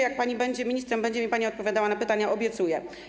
Jak pani będzie ministrem, będzie mi pani odpowiadała na pytania, obiecuję.